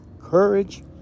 courage